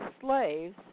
slaves